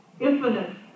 Infinite